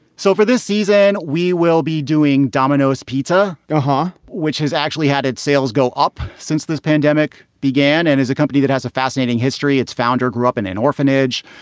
so far this season we will be doing domino's pizza yaha, which has actually had its sales go up since this pandemic began and is a company that has a fascinating history. its founder grew up in an orphanage.